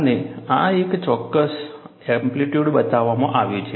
અને આ એક ચોક્કસ એમ્પ્લિટ્યૂડ માટે બતાવવામાં આવ્યું છે